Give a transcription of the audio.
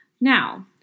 Now